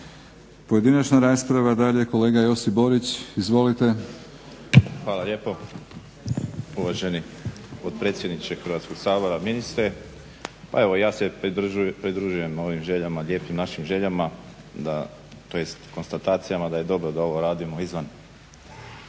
Pojedinačna rasprava dalje. Kolega Josip Borić, izvolite. **Borić, Josip (HDZ)** Hvala lijepo uvaženi potpredsjedniče Hrvatskog sabora, ministre. Pa evo ja se pridružujem ovim željama lijepim našim, željama tj. konstatacijama da je dobro da ovo radimo izvan